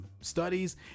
studies